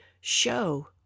show